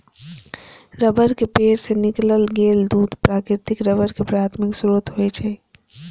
रबड़क पेड़ सं निकालल गेल दूध प्राकृतिक रबड़ के प्राथमिक स्रोत होइ छै